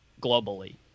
globally